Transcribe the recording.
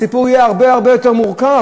הסיפור יהיה הרבה הרבה יותר מורכב.